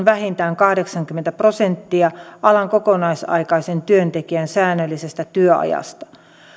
vähintään kahdeksankymmentä prosenttia alan kokoaikaisen työntekijän säännöllisestä työajasta